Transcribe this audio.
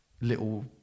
little